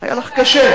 היה לך קשה.